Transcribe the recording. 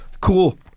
cool